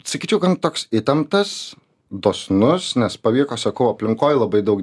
sakyčiau gan toks įtemptas dosnus nes pavyko sakau aplinkoj labai daug